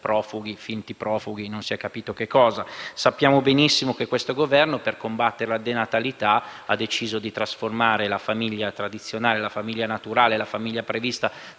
profughi o finti profughi (non si è capito che cosa). Sappiamo benissimo che questo Governo, per combattere la denatalità, ha deciso di trasformare la famiglia tradizionale, la famiglia naturale, la famiglia prevista